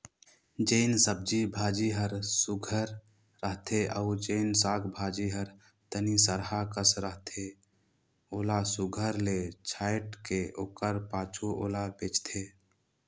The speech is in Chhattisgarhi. जेन सब्जी भाजी हर सुग्घर रहथे अउ जेन साग भाजी हर तनि सरहा कस रहथे ओला सुघर ले छांएट के ओकर पाछू ओला बेंचथें